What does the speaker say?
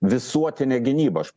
visuotinė gynyba aš